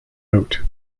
out